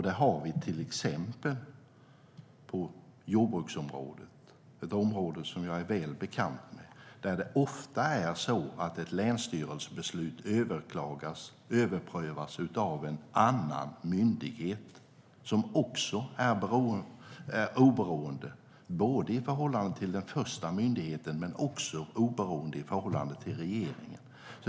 Det har vi till exempel på jordbruksområdet - ett område som jag är väl bekant med. Där är det ofta så att ett länsstyrelsebeslut överklagas och överprövas av en annan myndighet, som också är oberoende både i förhållande till den första myndigheten och i förhållande till regeringen.